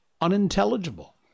unintelligible